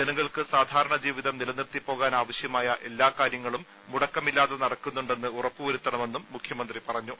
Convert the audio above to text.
ജനങ്ങൾക്ക് സാധാരണ ജീവിതം നിലനിർത്തി പോകാനാവശ്യമായ എല്ലാ കാര്യങ്ങളും മുടക്കമില്ലാതെ നടക്കുന്നുണ്ടെന്ന് ഉറപ്പുവരുത്തണമെന്നും മുഖ്യമന്ത്രി പറഞ്ഞു